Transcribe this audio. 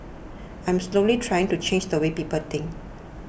I'm slowly trying to change the way people think